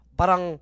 parang